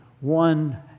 one